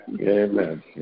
Amen